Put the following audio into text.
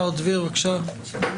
מר דביר, בבקשה.